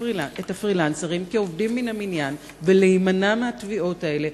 הפרילנסרים כעובדים מן המניין ולהימנע מהתביעות האלה?